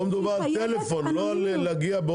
פה מדובר על טלפון ולא על להגיע.